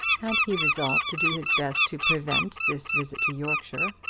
had he resolved to do his best to prevent this visit to yorkshire,